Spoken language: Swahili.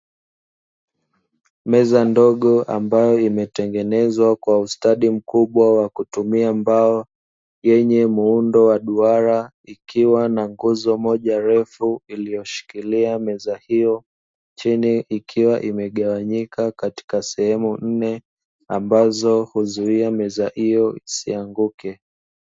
Meza ndogo ambayo imetengenezwa kwa ustadi mkubwa wa kutumia mbao yenye muundo wa duara. ikiwa na nguzo moja refu iliyoshikilia meza hiyo chini ikiwa imegawanyika katika sehemu nne ambazo huzuia meza hiyo isianguke.